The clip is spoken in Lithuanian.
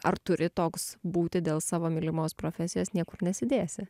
ar turi toks būti dėl savo mylimos profesijos niekur nesidėsi